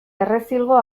errezilgo